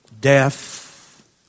death